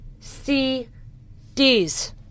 CDs